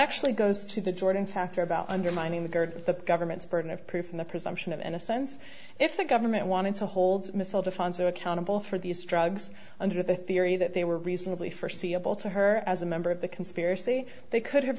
actually goes to the jordan factor about undermining the guard the government's burden of proof in the presumption of innocence if the government wanted to hold missile defense or accountable for these drugs under the theory that they were reasonably forseeable to her as a member of the conspiracy they could have